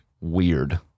Weird